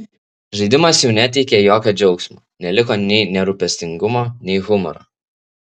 žaidimas jau neteikė jokio džiaugsmo neliko nei nerūpestingumo nei humoro